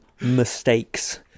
mistakes